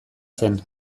zen